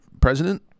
president